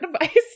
advice